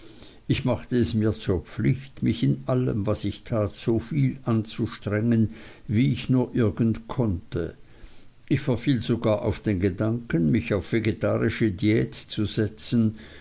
ich machte es mir zur pflicht mich in allem was ich tat so viel anzustrengen wie ich nur irgend konnte ich verfiel sogar auf den gedanken mich auf vegetarische diät zu setzen